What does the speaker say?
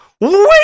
Wait